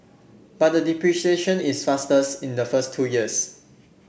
but the depreciation is fastest in the first two years